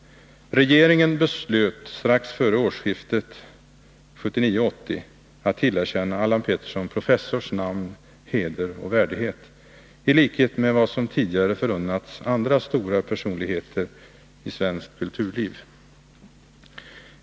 Regeringen beslöt strax före årsskiftet 1979/80 att tillerkänna Allan Pettersson professors namn, heder och värdighet — i likhet med vad som tidigare förunnats andra stora personligheter i svenskt kulturliv.